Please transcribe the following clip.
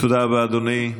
תודה רבה, אדוני.